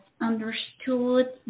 understood